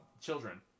children